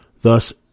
thus